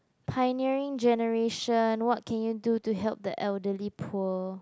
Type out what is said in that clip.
pioneering generation what can you do to help the elderly poor